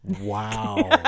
wow